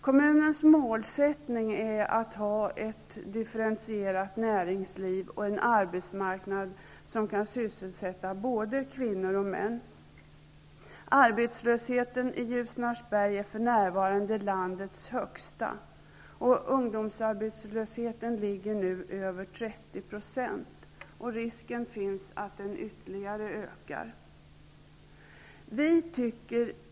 Kommunens målsättning är att ha ett differentierat näringsliv och en arbetsmarknad som kan sysselsätta både kvinnor och män. Arbetslösheten i Ljusnarsberg är för närvarande landets högsta. Och ungdomsarbetslösheten är nu över 30 %. Risken finns att den kommer att öka ytterligare.